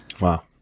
Wow